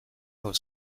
our